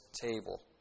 table